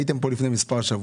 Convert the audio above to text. הייתם פה לפני מספר שבועות,